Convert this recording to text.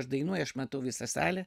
aš dainuoju aš matau visą salę